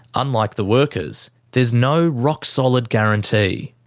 unlike the workers, there's no rock-solid guarantee.